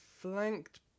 Flanked